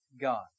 God